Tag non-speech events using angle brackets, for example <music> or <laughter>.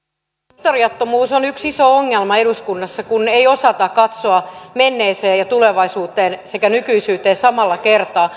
historiattomuus on yksi iso ongelma eduskunnassa kun ei osata katsoa menneeseen tulevaisuuteen sekä nykyisyyteen samalla kertaa <unintelligible>